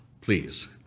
please